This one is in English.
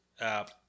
app